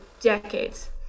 decades